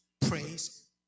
praise